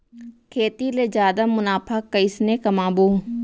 खेती ले जादा मुनाफा कइसने कमाबो?